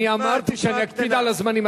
אני אמרתי שנקפיד על הזמנים.